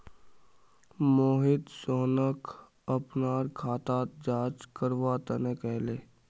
मोहित सोहनक अपनार खाताक जांच करवा तने कहले